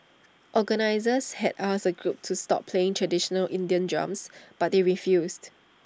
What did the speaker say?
organisers had asked A group to stop playing traditional Indian drums but they refused